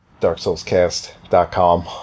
Darksoulscast.com